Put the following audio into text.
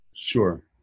sure